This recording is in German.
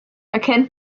erkennt